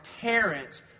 parents